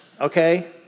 okay